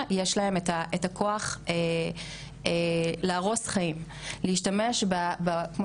שהן רק חלק באמת מרשימה פתוחה שאנחנו מדברות עליה.